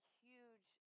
huge